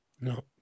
No